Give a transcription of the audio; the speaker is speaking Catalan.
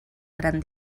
gran